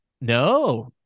No